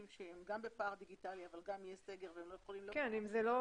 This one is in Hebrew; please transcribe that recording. שהם גם בפער דיגיטלי אבל גם יש סגר הם לא יכולים לבוא.